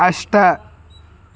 अष्ट